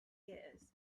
years